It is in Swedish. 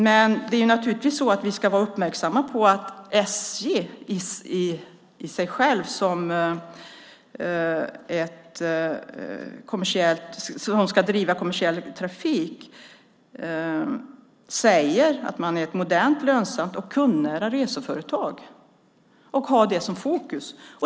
Men naturligtvis ska vi vara uppmärksamma på att SJ självt, som ska driva kommersiell trafik, säger att man är ett modernt, lönsamt och kundnära reseföretag och ha det som fokus.